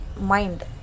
mind